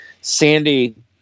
Sandy